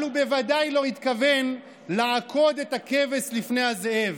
אבל הוא בוודאי לא התכוון לעקוד את הכבש לפני הזאב.